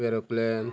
वेरोप्ले